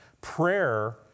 Prayer